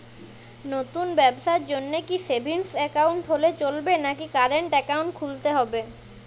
নতুন ব্যবসার জন্যে কি সেভিংস একাউন্ট হলে চলবে নাকি কারেন্ট একাউন্ট খুলতে হবে?